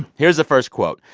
here's the first quote,